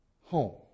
home